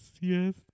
yes